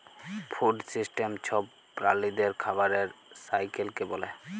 food system ছব প্রালিদের খাবারের সাইকেলকে ব্যলে